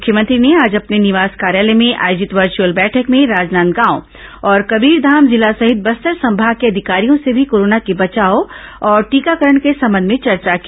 मुख्यमंत्री ने आज अपने निवास कार्यालय में आयोजित वर्च्अल बैठक में राजनांदगांव और कबीरधाम जिला सहित बस्तर संभाग के अधिकारियों से भी कोरोना के बचाव और टीकाकरण के संबंध में चर्चा की